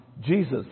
Jesus